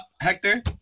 Hector